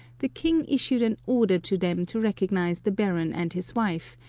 the king issued an order to them to recognise the baron and his wife,